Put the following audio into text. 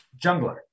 Jungler